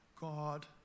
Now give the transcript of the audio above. God